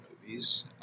movies